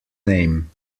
name